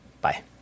Bye